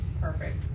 Perfect